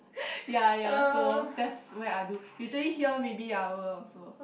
ya ya so that's where I do usually here maybe I will also